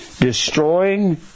Destroying